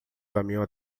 caminhou